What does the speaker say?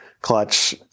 clutch